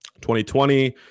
2020